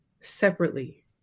separately